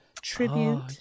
tribute